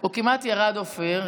הוא כמעט ירד, אופיר.